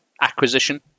acquisition